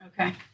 Okay